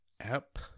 app